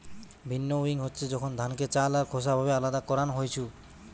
ভিন্নউইং হচ্ছে যখন ধানকে চাল আর খোসা ভাবে আলদা করান হইছু